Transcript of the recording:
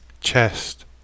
chest